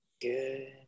Good